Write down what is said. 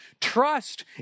trust